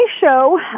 show